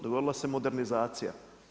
Dogodila se modernizacija.